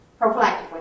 prophylactically